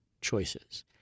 choices